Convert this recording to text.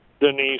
Denise